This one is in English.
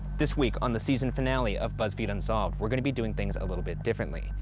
this week on the season finale of buzzfeed unsolved, we're gonna be doing things a little bit differently.